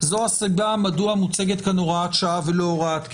זו הסיבה מדוע מוצגת כאן הוראת שעה ולא הוראת קבע,